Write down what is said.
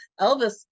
Elvis